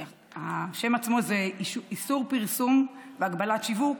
כי השם עצמו הוא "איסור פרסומת והגבלת שיווק",